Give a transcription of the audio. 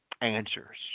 answers